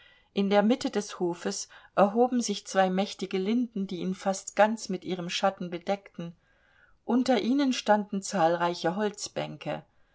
in der mitte des hofes erhoben sich zwei mächtige linden die ihn fast ganz mit ihrem schatten bedeckten unter ihnen standen zahlreiche holzbänke